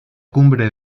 cumbre